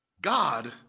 God